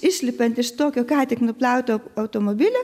išlipant iš tokio ką tik nuplauto automobilio